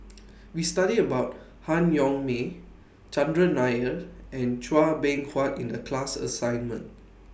We studied about Han Yong May Chandran Nair and Chua Beng Huat in The class assignment